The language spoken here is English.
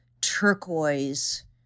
turquoise